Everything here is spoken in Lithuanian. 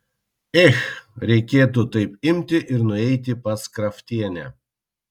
ech reikėtų taip imti ir nueiti pas kraftienę